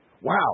wow